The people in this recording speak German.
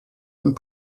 und